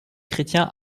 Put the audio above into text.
chrétien